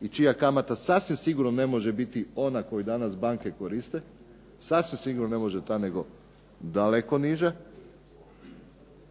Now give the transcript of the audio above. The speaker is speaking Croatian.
i čija kamata sasvim sigurno ne može biti ona koju banke danas koriste, sasvim sigurno ne može ta nego daleko niža.